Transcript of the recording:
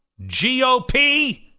GOP